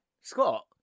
scott